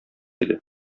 иде